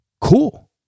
cool